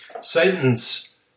Satan's